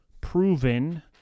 proven